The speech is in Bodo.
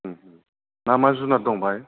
ओम मा मा जुमार दं बाहाय